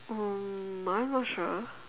um I'm not sure